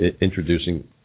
introducing